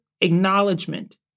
acknowledgement